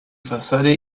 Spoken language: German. fassade